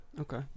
Okay